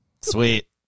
Sweet